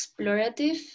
explorative